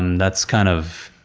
um that's kind of,